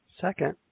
Second